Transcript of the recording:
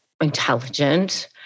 intelligent